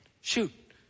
shoot